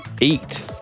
eat